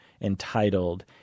entitled